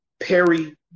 Perry